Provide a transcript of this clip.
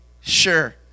sure